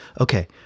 okay